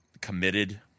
committed